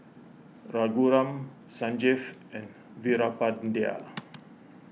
Raghuram Sanjeev and Veerapandiya